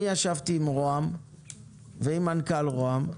אני ישבתי עם ראש הממשלה ועם מנכ"ל ראש הממשלה,